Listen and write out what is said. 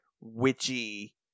witchy